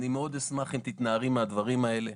אני מאוד אשמח אם תתנערי מהדברים האלה.